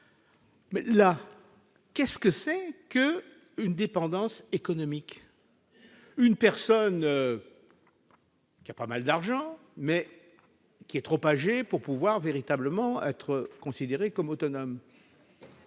bien là qu'est-ce que c'est que une dépendance économique, une personne qui a pas mal d'argent mais qui est trop âgé pour pouvoir véritablement être considérés comme autonomes.